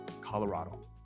Colorado